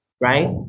Right